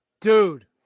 dude